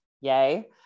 Yay